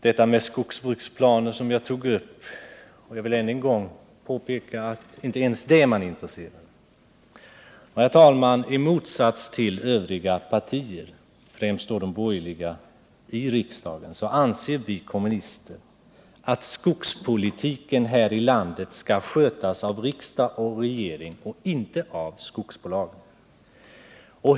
Inte ens obligatoriska skogsbruksplaner är man intresserad av. I motsats till övriga partier, främst då de borgerliga, i riksdagen anser vi kommunister att skogspolitiken här i landet skall skötas av riksdag och regering och inte av skogsbolagen.